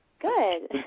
Good